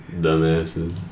dumbasses